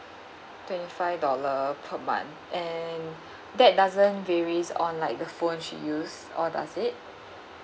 twenty five dollar per month and that doesn't varies on like the phone she use or does it